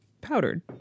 Powdered